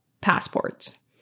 passports